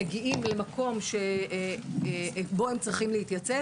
מגיעים למקום שבו הם צריכים להתייצב,